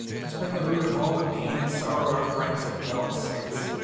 it's been the root of all the pain and sorrow our friends have felt since,